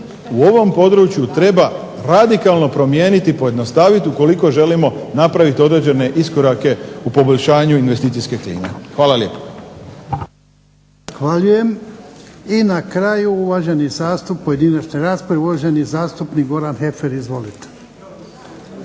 u ovom području treba radikalno promijeniti, pojednostaviti ukoliko želimo napraviti određene iskorake u poboljšanju investicijske klime. Hvala lijepa. **Jarnjak, Ivan (HDZ)** Zahvaljujem. I na kraju u pojedinačnoj raspravi uvaženi zastupnik Goran Heffer. Izvolite.